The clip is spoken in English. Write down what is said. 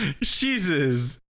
jesus